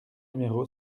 numéro